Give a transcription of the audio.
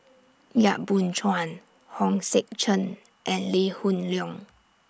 Yap Boon Chuan Hong Sek Chern and Lee Hoon Leong